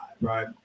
right